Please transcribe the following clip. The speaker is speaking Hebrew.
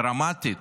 דרמטית,